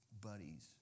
buddies